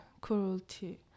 cruelty